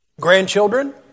grandchildren